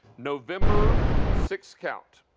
november, six count,